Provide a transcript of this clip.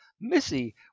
Missy